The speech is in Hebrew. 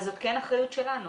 זאת כן אחריות שלנו.